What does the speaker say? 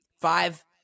five